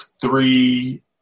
three